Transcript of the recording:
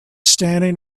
standing